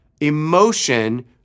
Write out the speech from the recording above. emotion